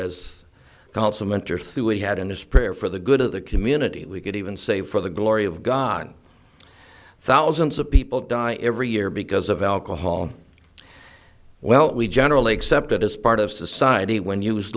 we had in his prayer for the good of the community we could even save for the glory of god thousands of people die every year because of alcohol well we generally accepted as part of society when